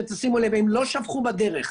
שימו לב, הם לא שפכו בדרך.